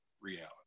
reality